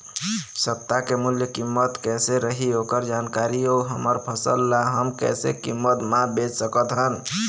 सप्ता के मूल्य कीमत कैसे रही ओकर जानकारी अऊ हमर फसल ला हम कैसे कीमत मा बेच सकत हन?